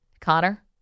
connor